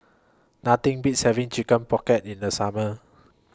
Nothing Beats having Chicken Pocket in The Summer